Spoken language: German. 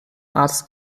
arzt